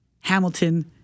Hamilton